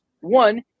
one